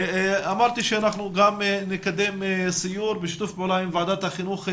אמרתי שאנחנו גם נקדם סיור בשיתוף פעולה עם ועדת החינוך במקום.